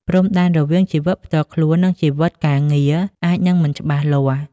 ព្រំដែនរវាងជីវិតផ្ទាល់ខ្លួន និងជីវិតការងារអាចនឹងមិនច្បាស់លាស់។